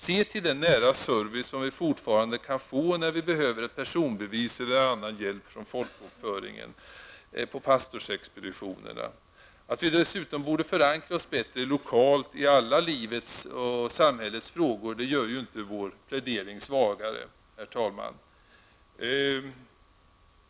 Se till den nära service som vi fortfarande kan få på pastorsexpeditionerna när vi behöver ett personbevis eller annan hjälp från folkbokföringen. Att vi dessutom borde förankra oss bättre lokalt i alla livets och samhällets frågor gör ju inte vår plädering svagare.